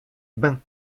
bains